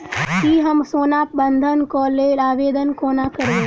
की हम सोना बंधन कऽ लेल आवेदन कोना करबै?